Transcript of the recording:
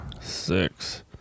six